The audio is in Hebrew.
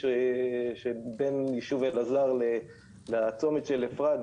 של בין יישוב אלעזר ולצומת של אפרת.